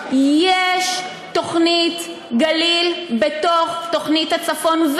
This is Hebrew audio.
יש תוכנית גליל בתוך תוכנית הצפון,